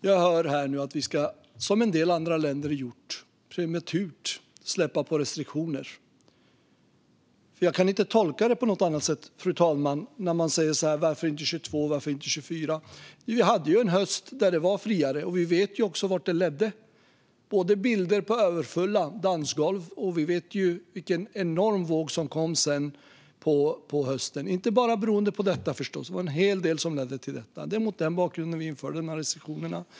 Jag hör att vi ska, som en del andra länder har gjort, prematurt släppa på restriktioner. Jag kan inte tolka det på något annat sätt, fru talman, när man säger: Varför inte 22, eller varför inte 24? Vi hade ju en höst då det var friare, och vi vet vart det ledde. Det finns bilder på överfulla dansgolv. Och vi vet vilken enorm våg som sedan kom på hösten. Det berodde förstås inte bara på det. Det var en hel del som ledde till det. Men det var mot den bakgrunden vi införde restriktionerna.